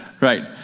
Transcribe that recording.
right